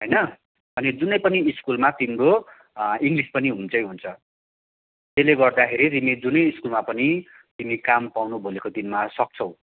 होइन अनि जुनै पनि स्कुलमा तिम्रो इङ्लिस पनि हुन्छै हुन्छ त्यसले गर्दाखेरि तिमी जुनै स्कुलमा पनि तिमी काम पाउन भोलिको दिनमा सक्छौ